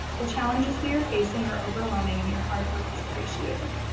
the challenges we are facing are overwhelming and your hard work is appreciated.